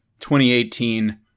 2018